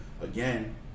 Again